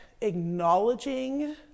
acknowledging